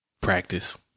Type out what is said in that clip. Practice